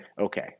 okay